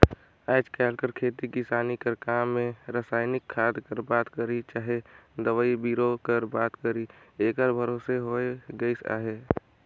आएज काएल कर खेती किसानी कर काम में रसइनिक खाद कर बात करी चहे दवई बीरो कर बात करी एकरे भरोसे होए गइस अहे